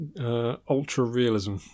ultra-realism